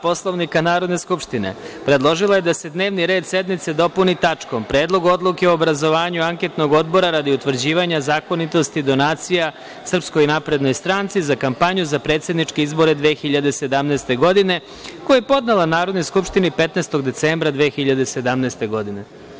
Poslovnika Narodne skupštine, predložila je da se dnevni red sednice dopuni tačkom – Predlog odluke o obrazovanju anketnog odbora radi utvrđivanja zakonitosti donacija SNS za kampanju za predsedničke izbore 2017. godine, koji je podela Narodnoj skupštini 15. decembra 2017. godine.